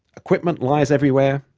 equipment lies everywhere,